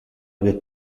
que